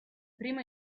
primo